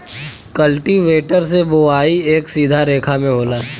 cultivator से बोवाई एक सीधा रेखा में होला